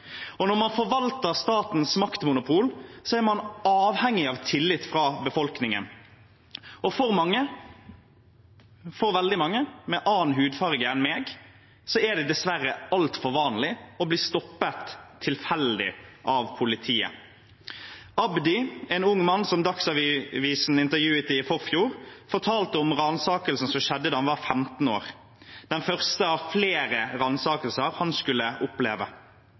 Solberg. Når man forvalter statens maktmonopol, er man avhengig av tillit fra befolkningen. For veldig mange med annen hudfarge enn meg er det dessverre altfor vanlig å bli stoppet tilfeldig av politiet. Abdi, en ung mann som Dagsavisen intervjuet i forfjor, fortalte om ransakelsen som skjedde da han var 15 år – den første av flere ransakelser han skulle oppleve.